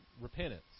repentance